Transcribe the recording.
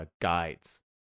guides